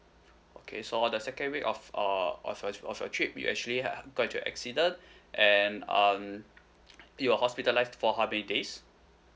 okay so on the second week of uh of your of your trip you actually uh got into accident and um you are hospitalised for how many days